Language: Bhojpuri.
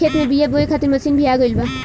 खेत में बीआ बोए खातिर मशीन भी आ गईल बा